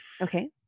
Okay